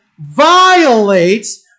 violates